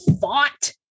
fought